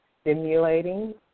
stimulating